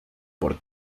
por